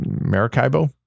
maracaibo